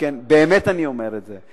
באמת אני אומר את זה,